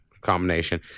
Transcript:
combination